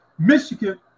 michigan